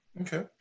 Okay